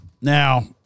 Now